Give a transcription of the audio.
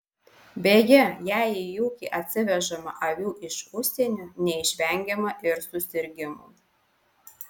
beje jei į ūkį atsivežama avių iš užsienio neišvengiama ir susirgimų